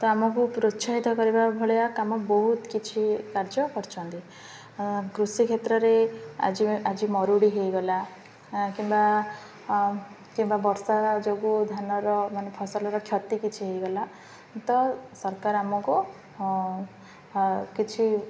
ତ ଆମକୁ ପ୍ରୋତ୍ସାହିତ କରିବା ଭଳିଆ କାମ ବହୁତ କିଛି କାର୍ଯ୍ୟ କରିଛନ୍ତି କୃଷି କ୍ଷେତ୍ରରେ ଆଜି ଆଜି ମରୁଡ଼ି ହେଇଗଲା କିମ୍ବା କିମ୍ବା ବର୍ଷା ଯୋଗୁଁ ଧାନର ମାନେ ଫସଲର କ୍ଷତି କିଛି ହେଇଗଲା ତ ସରକାର ଆମକୁ କିଛି